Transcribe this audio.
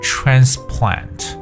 Transplant